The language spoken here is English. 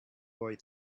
boy